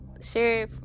share